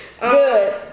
good